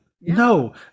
No